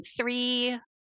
Three